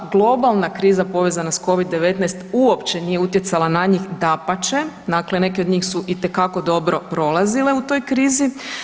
Globalna kriza povezana s Covid-19 uopće nije utjecala na njih, dapače, dakle neke od njih su itekako dobro prolazile u toj krizi.